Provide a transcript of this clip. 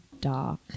dark